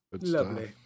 Lovely